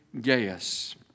Gaius